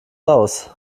haus